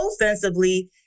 Offensively